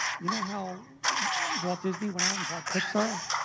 you know how walt disney went out and bought pixar?